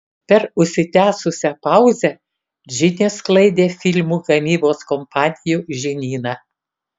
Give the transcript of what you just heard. per užsitęsusią pauzę džinė sklaidė filmų gamybos kompanijų žinyną